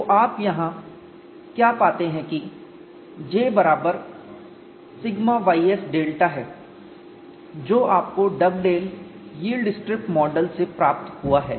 तो आप यहाँ क्या पाते हैं कि J बराबर σys डेल्टा है जो आपको डगडेल यील्ड स्ट्रिप मॉडल से प्राप्त हुआ है